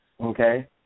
Okay